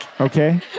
Okay